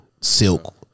Silk